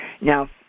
Now